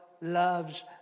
loves